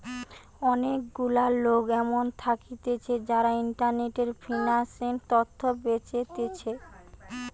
অনেক গুলা লোক এমন থাকতিছে যারা ইন্টারনেটে ফিন্যান্স তথ্য বেচতিছে